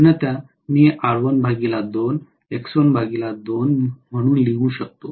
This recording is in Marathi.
अन्यथा मी हे R12 X12 म्हणून लिहू शकतो